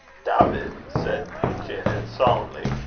dawvid, said janet, solemnly,